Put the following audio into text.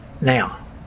Now